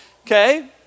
okay